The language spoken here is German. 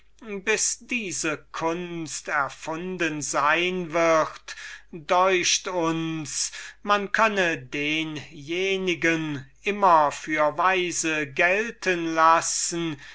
bis diese kunst erfunden sein wird deucht uns man könne denjenigen immer für weise gelten lassen